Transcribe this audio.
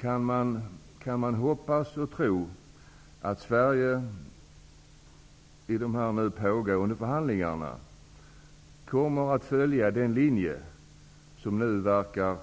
Kan man hoppas och tro att Sverige i de pågående förhandlingarna kommer att följa den linje som nu verkar